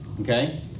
okay